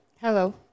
Hello